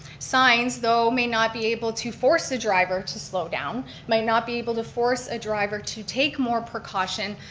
signs though, may not be able to force a driver to slow down, might not be able to force a driver to take more precaution.